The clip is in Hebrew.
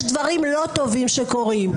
יש דברים לא טובים שקורים.